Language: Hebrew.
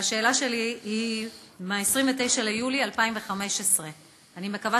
והשאלה שלי היא מ-29 ביולי 2015. אני מקווה